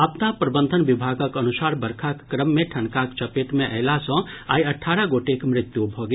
आपदा प्रबंधन विभागक अनुसार बरखाक क्रम मे ठनकाक चपेट मे अयला सँ आइ अठारह गोटेक मृत्यु भऽ गेल